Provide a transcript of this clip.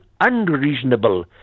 unreasonable